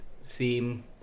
seem